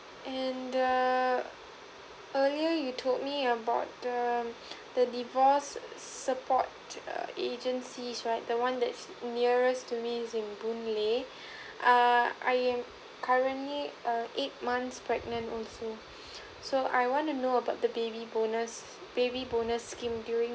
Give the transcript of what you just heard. and the earlier you told me about the the divorce support err agencies right the one that's nearest to me is in boon lay uh I am currently err eight months pregnant also so I wanna know about the baby bonus baby bonus scheme during